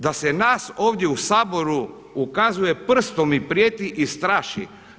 Da se nas ovdje u Saboru ukazuje prstom i prijeti i straši.